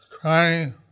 crying